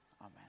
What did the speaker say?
amen